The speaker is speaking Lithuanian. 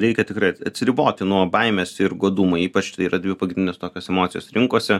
reikia tikrai atsiriboti nuo baimės ir godumo ypač tai yra dvi pagrindinės tokios emocijos rinkose